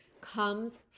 comes